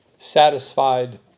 satisfied